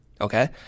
Okay